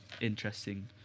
interesting